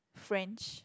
French